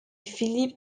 philippe